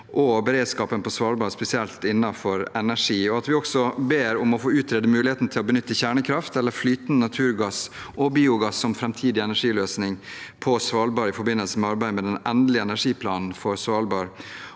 og beredskap på Svalbard, spesielt innenfor energi. Vi ber om å få utredet muligheten til å benytte kjernekraft eller flytende naturgass og biogass som framtidig energiløsning på Svalbard, i forbindelse med arbeidet med den endelige energiplanen for Svalbard.